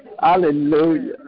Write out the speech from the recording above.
Hallelujah